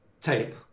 tape